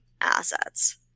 assets